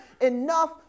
enough